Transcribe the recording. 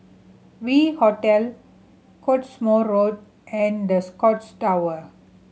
V Hotel Cottesmore Road and The Scotts Tower